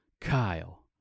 kyle